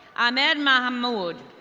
ahmed mahamood.